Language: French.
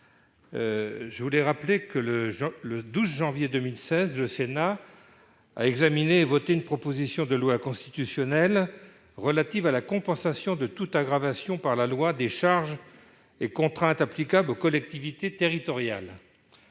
à M. Rémy Pointereau. Le 12 janvier 2016, le Sénat examinait et votait une proposition de loi constitutionnelle relative à la compensation de toute aggravation par la loi des charges et contraintes applicables aux collectivités territoriales,